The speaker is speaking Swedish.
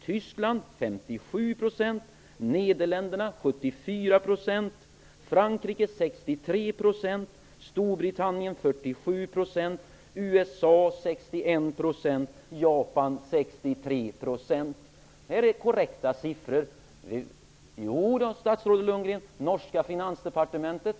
I Danmark blir motsvarande siffra 61 % och i Japan 63 %. Det är korrekta siffror. Vi i utskottet är ibland ute och reser, och min källa är här det norska finansdepartementet.